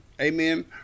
Amen